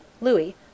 Louis